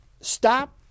stop